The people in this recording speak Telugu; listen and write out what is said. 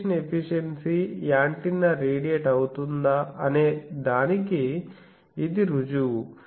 రేడియేషన్ ఎఫిషియన్సీ యాంటెన్నా రేడియేట్ అవుతుందా అనేదానికి ఇది రుజువు